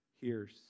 hears